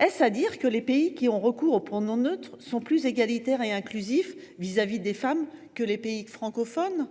Est ce à dire que les pays qui ont recours au pronom neutre sont plus égalitaires et inclusifs à l’égard des femmes que les pays francophones ?